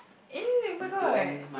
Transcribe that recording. eh oh-my-god